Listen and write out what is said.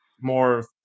more